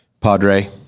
Padre